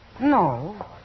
No